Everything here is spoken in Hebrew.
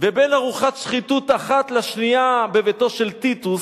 ובין ארוחת שחיתות אחת לשנייה בביתו של טיטוס,